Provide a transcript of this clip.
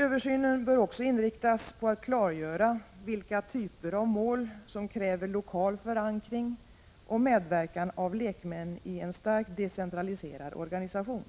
Översynen bör också inriktas på att klargöra vilka typer av mål som kräver lokal förankring och medverkan av lekmän i en starkt decentraliserad organisation.